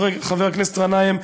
חבר הכנסת גנאים,